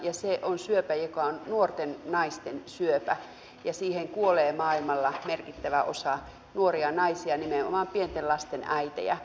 ja se on syöpä joka on nuorten naisten syöpä ja siihen kuolee maailmalla merkittävä osa nuoria naisia nimenomaan pienten lasten äitejä